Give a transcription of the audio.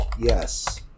yes